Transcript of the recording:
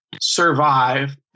survive